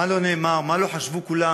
מה לא נאמר, מה לא חשבו כולם,